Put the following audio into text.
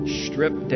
strip